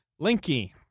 Linky